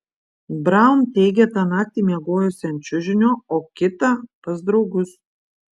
braun teigia tą naktį miegojusi ant čiužinio o kitą pas draugus